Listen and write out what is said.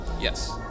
Yes